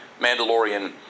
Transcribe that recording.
Mandalorian